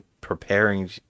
preparing